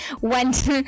went